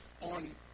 on